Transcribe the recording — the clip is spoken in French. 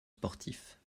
sportifs